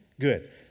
Good